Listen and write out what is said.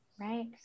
Right